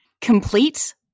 complete